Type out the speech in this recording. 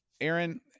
Aaron